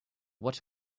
what